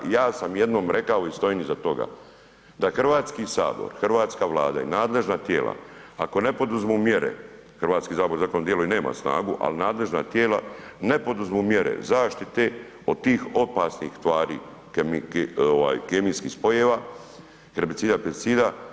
I ja sam jednom rekao i stojim iza toga da Hrvatski sabor, hrvatska Vlada i nadležna tijela ako ne poduzmu mjere, Hrvatski sabor zakonodavno djeluje i nema snagu ali nadležna tijela ne poduzmu mjere zaštite od tih opasnih tvari, kemijskih spojeva, herbicida, pesticida.